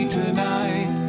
tonight